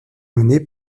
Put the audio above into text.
menées